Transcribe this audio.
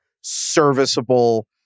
serviceable